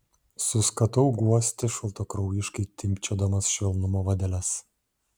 suskatau guosti šaltakraujiškai timpčiodamas švelnumo vadeles